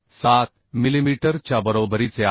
7 millimetre च्या बरोबरीचे आहे